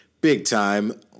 big-time